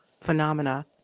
phenomena